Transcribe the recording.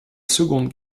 seconde